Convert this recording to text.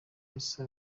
yahise